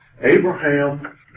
Abraham